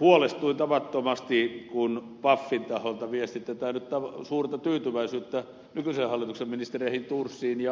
huolestuin tavattomasti kun pafin taholta viestitetään nyt suurta tyytyväisyyttä nykyisen hallituksen ministereihin thorsiin ja holmlundiin